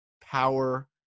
power